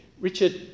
Richard